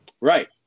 Right